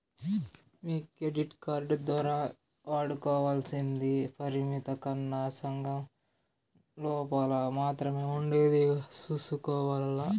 మీ credit card దోరా వాడుకోవల్సింది పరిమితి కన్నా సగం లోపల మాత్రమే ఉండేదిగా సూసుకోవాల్ల